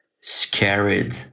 scared